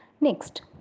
Next